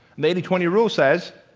the eighty twenty rule says,